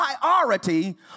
priority